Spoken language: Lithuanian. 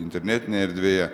internetinėje erdvėje